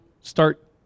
start